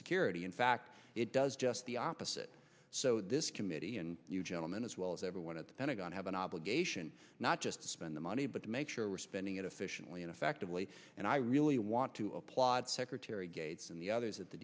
security in fact it does just the opposite so this committee and you gentlemen as well as everyone at the pentagon have an obligation not just to spend the money but to make sure we're spending it efficiently and effectively and i really want to applaud secretary gates and the others at the